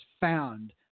found